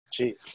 Jeez